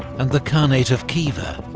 and the khanate of khiva,